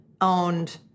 owned